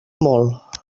molt